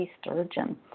Sturgeon